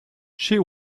she